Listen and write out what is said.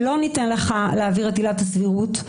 לא ניתן לך להעביר את עילת הסבירות,